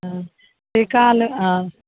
हँ टिका ले हँ